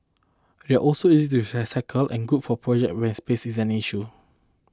they are also easy to recycle and good for projects where space is an issue